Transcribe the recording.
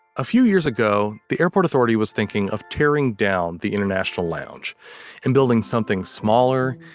a few years ago, the airport authority was thinking of tearing down the international lounge and building something smaller,